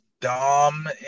Dom